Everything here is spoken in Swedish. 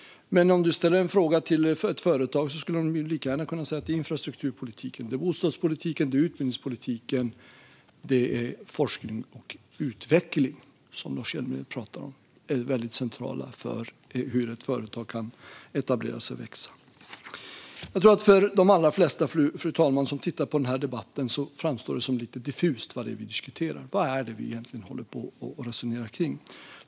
Men om han ställer en fråga till ett företag skulle de lika gärna kunna säga att det är infrastrukturpolitiken, bostadspolitiken och utbildningspolitiken samt forskning och utveckling, som Lars Hjälmered pratar om, som är väldigt centrala för hur ett företag kan etablera sig och växa. Jag tror, fru talman, att för de allra flesta som tittar på den här debatten framstår det som lite diffust vad det är vi diskuterar. Vad är det egentligen vi resonerar kring?